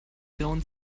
grauen